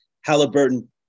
Halliburton